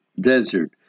desert